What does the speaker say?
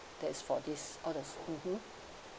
that's for this all the mmhmm